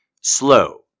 Slow